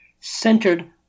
centered